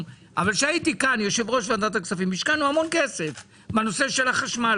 כשהייתי יושב-ראש ועדת הכספים השקענו המון כסף בנושא החשמל,